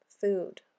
food